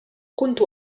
كنت